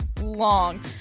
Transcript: long